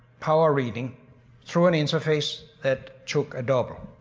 power reading through an interface that took a double.